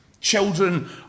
Children